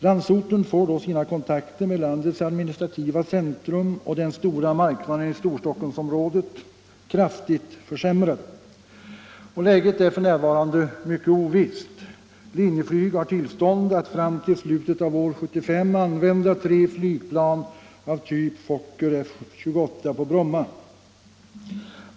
Landsorten får då sina kontakter med landets administrativa centrum och den stora marknaden i Storstockholmsområdet kraftigt försämrade. Läget är f. n. mycket ovisst. Linjeflyg har tillstånd att fram till slutet av år 1975 använda tre flygplan av typ Fokker F-28 på Bromma.